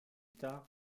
tard